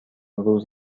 روز